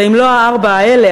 ואם לא הארבע האלה,